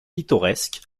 pittoresque